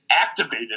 activated